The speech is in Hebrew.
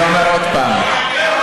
אתה עוד פותח את הפה?